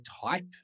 type